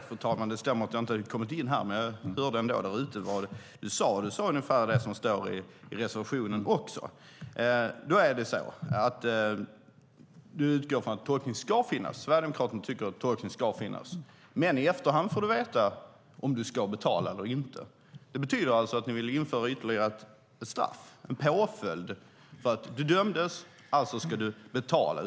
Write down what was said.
Fru talman! Det stämmer att jag inte hade kommit in i kammaren, men jag hörde där ute vad du sade. Du sade ungefär det som står i reservationen. Du utgår från att tolkning ska finnas. Sverigedemokraterna tycker att tolkning ska finnas. Men man får veta i efterhand om man ska betala eller inte. Det betyder alltså att ni vill införa ytterligare ett straff, en påföljd. Om man döms ska man betala.